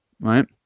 right